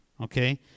Okay